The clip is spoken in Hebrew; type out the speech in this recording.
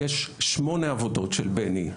יש שמונה עבודות של בני,